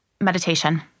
Meditation